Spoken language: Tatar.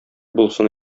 булсын